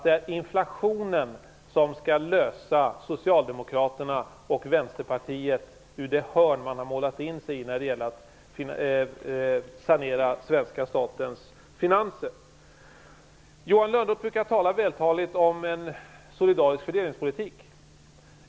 Det är inflationen som skall hjälpa Socialdemokraterna och Vänsterpartiet ur det hörn man har målat in sig i när det gäller att sanera svenska statens finanser. Johan Lönnroth brukar vältaligt orda om en solidarisk fördelningspolitik.